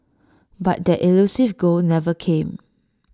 but that elusive goal never came